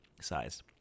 size